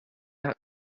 out